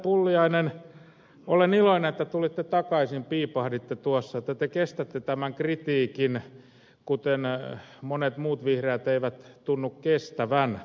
pulliainen olen iloinen että tulitte takaisin piipahditte tuossa että te kestätte tämän kritiikin kuten monet muut vihreät eivät tunnu kestävän